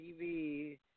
TV